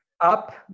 up